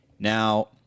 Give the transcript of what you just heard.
Now